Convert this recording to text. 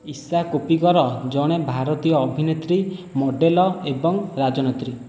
ଈଶା କୋପିକର ଜଣେ ଭାରତୀୟ ଅଭିନେତ୍ରୀ ମଡ଼େଲ୍ ଏବଂ ରାଜନେତ୍ରୀ